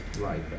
right